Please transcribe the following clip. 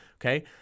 Okay